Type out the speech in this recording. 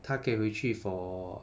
她可以回去 for